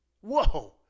Whoa